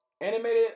Animated